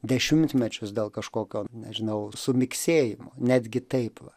dešimtmečius dėl kažkokio nežinau sumirksėjimo netgi taip va